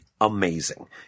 amazing